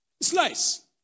Slice